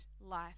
life